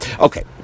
Okay